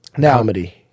comedy